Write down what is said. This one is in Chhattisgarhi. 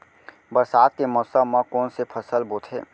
बरसात के मौसम मा कोन से फसल बोथे?